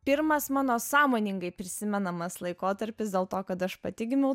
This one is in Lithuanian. pirmas mano sąmoningai prisimenamas laikotarpis dėl to kad aš pati gimiau